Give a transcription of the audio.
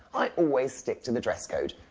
i always stick to the dress code.